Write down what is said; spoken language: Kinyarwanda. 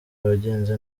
wagenze